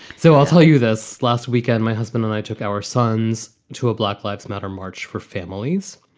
so i'll tell you this. last weekend, my husband and i took our sons to a black lives matter march for families,